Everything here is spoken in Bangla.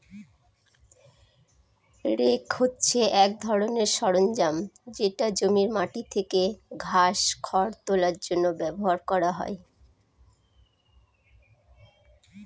রেক হছে এক ধরনের সরঞ্জাম যেটা জমির মাটি থেকে ঘাস, খড় তোলার জন্য ব্যবহার করা হয়